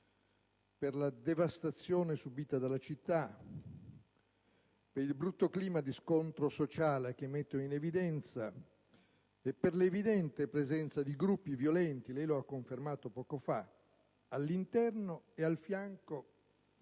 per la devastazione subita dalla città, per il brutto clima di scontro sociale che mettono in evidenza e per la chiara presenza di gruppi violenti - lei lo ha confermato poco fa - all'interno e a fianco